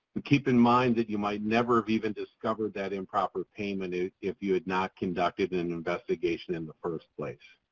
and keep in mind that you might never have even discovered that improper payment if you had not conducted an investigation in the first place.